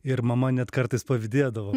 ir mama net kartais pavydėdavo